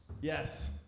Yes